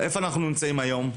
איפה אנחנו נמצאים היום,